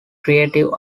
creative